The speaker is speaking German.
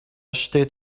steht